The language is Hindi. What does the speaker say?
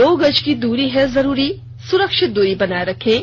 दो गज की दूरी है जरूरी सुरक्षित दूरी बनाए रखें